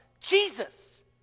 Jesus